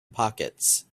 pockets